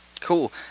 Cool